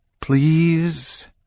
Please